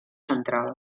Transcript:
central